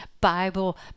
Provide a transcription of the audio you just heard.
Bible